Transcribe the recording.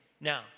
Now